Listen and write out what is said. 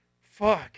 fuck